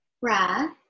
breath